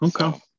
okay